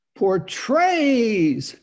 portrays